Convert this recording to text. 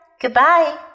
goodbye